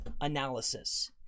Analysis